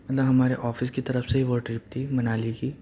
مطلب ہمارے آفس کی طرف سے ہی وہ ٹرپ تھی منالی کی